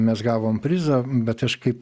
mes gavom prizą bet aš kaip